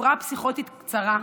הפרעה פסיכוטית קצרה,